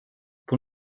pour